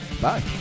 Bye